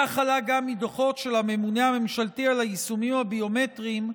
כך עלה גם מדוחות של הממונה הממשלתי על היישומים הביומטריים,